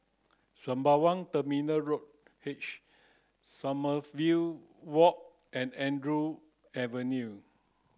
Sembawang Terminal Road H Sommerville Walk and Andrew Avenue